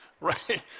Right